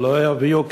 ולא יביאו,